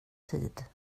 tid